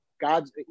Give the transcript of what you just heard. God's